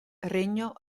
regno